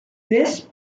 this